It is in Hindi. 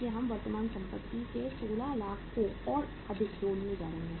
इसलिए हम वर्तमान संपत्ति के 16 लाख को और अधिक जोड़ने जा रहे हैं